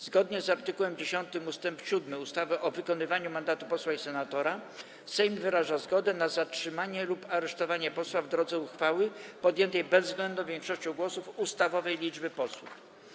Zgodnie z art. 10 ust. 7 ustawy o wykonywaniu mandatu posła i senatora Sejm wyraża zgodę na zatrzymanie lub aresztowanie posła w drodze uchwały podjętej bezwzględną większością głosów ustawowej liczby posłów.